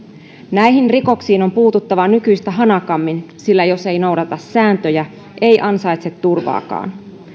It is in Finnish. näihin rikoksiin on puututtava nykyistä hanakammin sillä jos ei noudata sääntöjä ei ansaitse turvaakaan